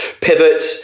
pivot